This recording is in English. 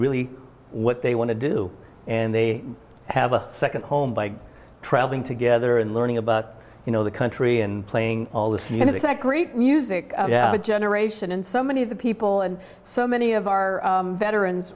really what they want to do and they have a second home by traveling together and learning about you know the country and playing all this and it's a great music generation and so many of the people and so many of our veterans